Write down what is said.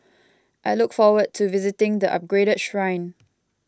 I look forward to visiting the upgraded shrine